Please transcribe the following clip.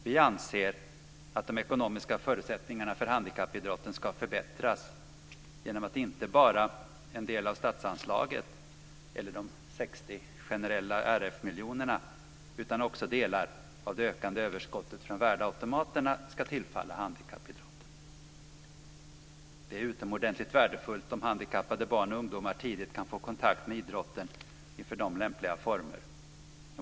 Vi anser att de ekonomiska förutsättningarna för handikappidrotten ska förbättras genom att inte bara en del av statsanslaget, eller de 60 generella RF-miljonerna, utan också delar av det ökande överskottet från värdeautomaterna ska tillfalla handikappidrotten. Det är utomordentligt värdefullt om handikappade barn och ungdomar tidigt kan få kontakt med idrotten i för dem lämpliga former.